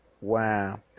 Wow